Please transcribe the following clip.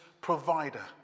provider